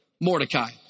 Mordecai